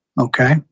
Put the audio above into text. Okay